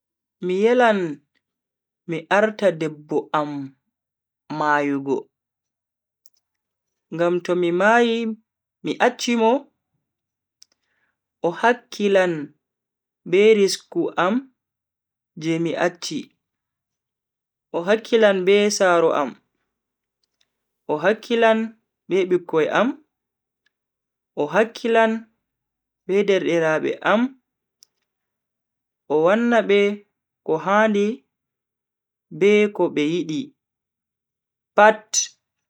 Mi yelan mi arta debbo am mayugo. Ngam tomi mayi mi acchi mo, o hakkilan be risku am je mi acchi, o hakkilan be saro am, o hakkilan be bikkoi am, o hakkilan be derdiraabe am o wanna be ko handi be ko be yidi pat.